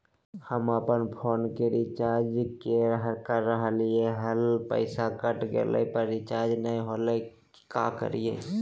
हम अपन फोन के रिचार्ज के रहलिय हल, पैसा कट गेलई, पर रिचार्ज नई होलई, का करियई?